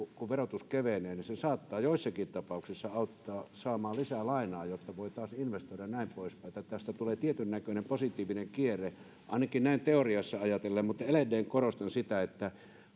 kun verotus kevenee se saattaa joissakin tapauksissa auttaa saamaan lisää lainaa jotta voi taas investoida ja näin poispäin eli tästä tulee tietyn näköinen positiivinen kierre ainakin näin teoriassa ajatellen mutta edelleen korostan sitä että